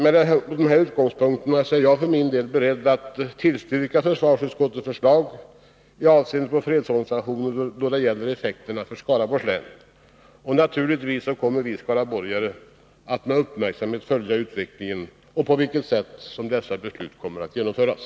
Med dessa utgångspunkter är jag för min del beredd att tillstyrka försvarsutskottets förslag med avseende på fredsorganisationen då det gäller effekterna för Skaraborgs län. Naturligtvis kommer vi skaraborgare att med uppmärksamhet följa utvecklingen av på vilket sätt dessa beslut kommer att genomföras.